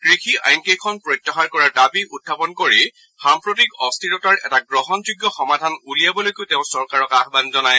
কৃষি আইনকেইখন প্ৰত্যাহাৰ কৰাৰ দাবী উখাপন কৰি সাম্প্ৰতিক অস্থিৰতাৰ এটা গ্ৰহণযোগ্য সমাধান উলিয়াবলৈকো তেওঁ চৰকাৰক আহ্বান জনায়